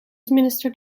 administer